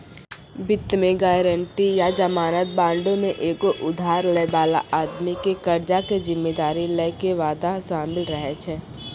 वित्त मे गायरंटी या जमानत बांडो मे एगो उधार लै बाला आदमी के कर्जा के जिम्मेदारी लै के वादा शामिल रहै छै